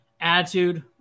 attitude